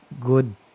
good